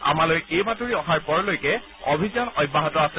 আমালৈ এই বাতৰি অহাৰ পৰলৈকে অভিযান অব্যাহত আছে